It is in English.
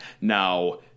Now